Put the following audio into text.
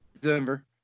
Denver